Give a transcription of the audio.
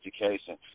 education